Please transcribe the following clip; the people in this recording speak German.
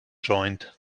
joint